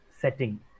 setting